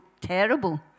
terrible